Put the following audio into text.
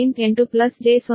8 j 0